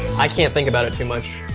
i can't think about it too much.